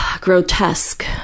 grotesque